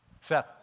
Seth